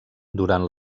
durant